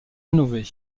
rénové